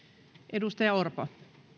edustaja orpo